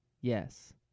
yes